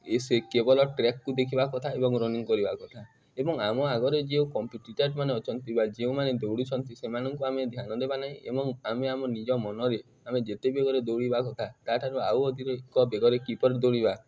ଏ ସେ କେବଲ ଟ୍ରେକ୍କୁ ଦେଖିବା କଥା ଏବଂ ରନିଂ କରିବା କଥା ଏବଂ ଆମ ଆଗରେ ଯେଉଁ କମ୍ପିଟିଟର୍ମାନେ ଅଛନ୍ତି ବା ଯେଉଁମାନେ ଦୌଡ଼ୁଛନ୍ତି ସେମାନଙ୍କୁ ଆମେ ଧ୍ୟାନ ଦେବା ନାହିଁ ଏବଂ ଆମେ ଆମ ନିଜ ମନରେ ଆମେ ଯେତେ ବେଗରେ ଦୌଡ଼ିବା କଥା ତା'ଠାରୁ ଆଉ ଅଧିକ ବେଗରେ କିପର ଦୌଡ଼ିବା